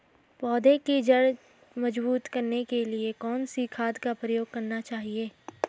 पौधें की जड़ मजबूत करने के लिए कौन सी खाद का प्रयोग करना चाहिए?